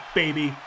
baby